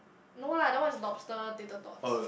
no lah that one is lobster tater tots